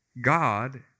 God